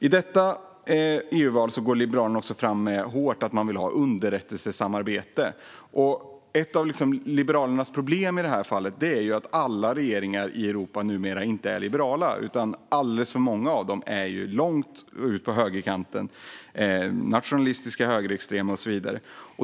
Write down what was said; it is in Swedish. I detta EU-val går Liberalerna fram hårt med att man vill ha underrättelsesamarbete. Ett av Liberalernas problem i det här fallet är att alla regeringar i Europa inte är liberala numera, utan alldeles för många är långt ute på högerkanten med nationalister, högerextrema och så vidare.